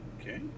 Okay